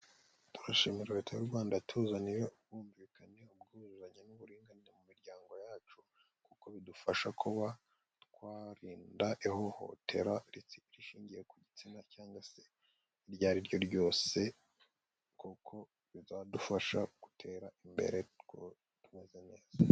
Turashimira leta y'u Rwanda yatuzaniye ubwumvikane, ubwuzuzanye n'uburinganire mu miryango yacu, kuko bidufasha kuba twarinda ihohotera rishingiye ku gitsina cyangwa se iryo ari ryo ryose, kuko bizadufasha gutera imbere kuko tumeze neza.